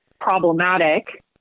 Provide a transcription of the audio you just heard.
problematic